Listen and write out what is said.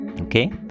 Okay